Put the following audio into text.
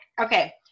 Okay